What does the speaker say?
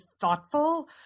thoughtful